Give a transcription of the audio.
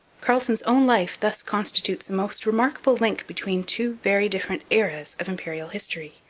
carleton's own life thus constitutes a most remarkable link between two very different eras of imperial history.